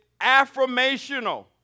affirmational